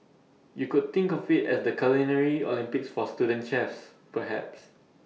you could think of IT as the culinary Olympics for student chefs perhaps